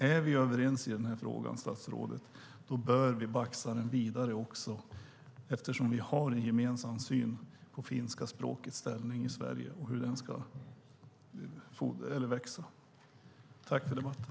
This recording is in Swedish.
Är vi, statsrådet, överens i den här frågan, då bör vi baxa den vidare också, eftersom vi har en gemensam syn på finska språkets ställning i Sverige och hur den ska växa. Tack för debatten!